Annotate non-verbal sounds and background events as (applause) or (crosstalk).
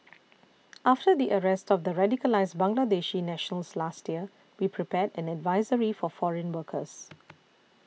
(noise) after the arrest of the radicalised Bangladeshi nationals last year we prepared an advisory for foreign workers